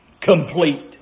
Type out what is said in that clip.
complete